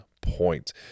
point